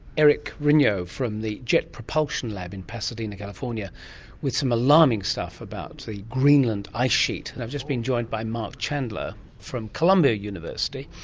eric grignol from the jet propulsion lab in pasadena, california with some alarming stuff about the greenland ice sheet. and i've just been joined by mark chandler from columbia university,